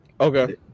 Okay